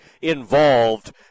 involved